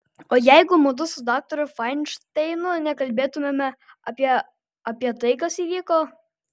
o jeigu mudu su daktaru fainšteinu nekalbėtumėme apie apie tai kas įvyko